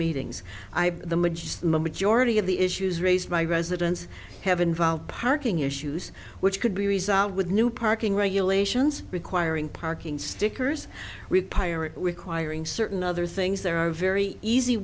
mage the majority of the issues raised by residents have involved parking issues which could be resolved with new parking regulations requiring parking stickers re pirate requiring certain other things there are very easy